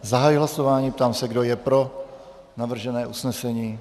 Zahajuji hlasování, ptám se, kdo je pro navržené usnesení.